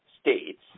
states